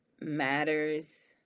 matters